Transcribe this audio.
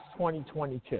2022